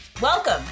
Welcome